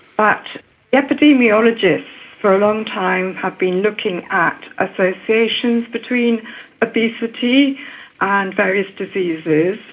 but epidemiologists for a long time have been looking at associations between obesity and various diseases,